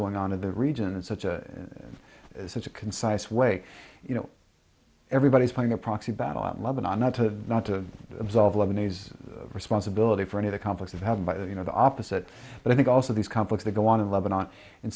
going on in the region and such a such a concise way you know everybody's playing a proxy battle in lebanon not to not to absolve lebanese responsibility for any the conflicts of have but you know the opposite but i think also these conflicts they go on in lebanon in